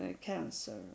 cancer